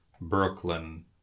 Brooklyn